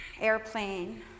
Airplane